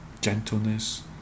gentleness